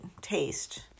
taste